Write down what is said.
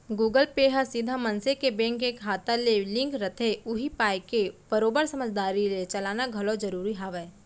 Google Pay ह सीधा मनसे के बेंक के खाता ले लिंक रथे उही पाय के बरोबर समझदारी ले चलाना घलौ जरूरी हावय